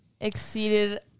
exceeded